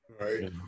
Right